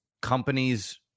companies